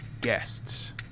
guests